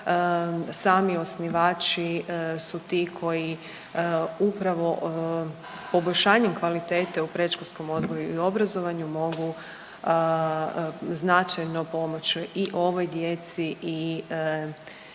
sami osnivači su ti koji upravo poboljšanju kvalitete u predškolskom odgoju i obrazovanju mogu značajno pomoći i ovoj djeci i ne